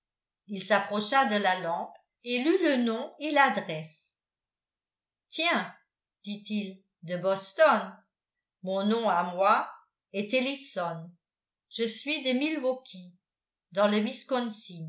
il s'approcha de la lampe et lut le nom et l'adresse tiens dit-il de boston mon nom à moi est ellison je suis de milwaukee dans le